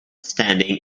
standing